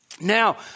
Now